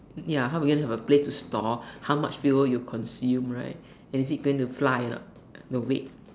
ya how you want to have a plane to store how much fuel you consume right and if it's going to fly or not the weight